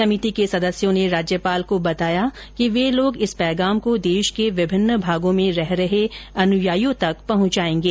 समिति के सदस्यों ने राज्यपाल को बताया कि वे लोग इस पैगाम को देश के विभिन्न भागों में रह रहे अनुयायियों तक पहुंचाएंगे